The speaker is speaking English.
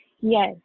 yes